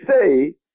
say